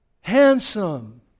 handsome